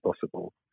possible